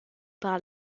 par